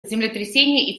землетрясения